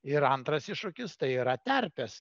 ir antras iššūkis tai yra terpės